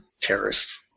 terrorists